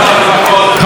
חברת הכנסת בירן,